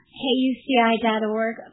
heyUCI.org